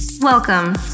Welcome